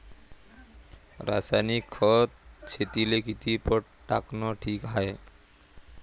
रासायनिक खत शेतीले किती पट टाकनं ठीक हाये?